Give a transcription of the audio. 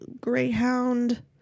greyhound